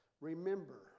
Remember